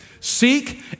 Seek